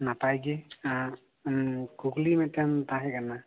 ᱱᱟᱯᱟᱭᱜᱮ ᱠᱩᱠᱞᱤ ᱢᱤᱫᱴᱟᱝ ᱛᱟᱦᱮᱸ ᱠᱟᱱᱟ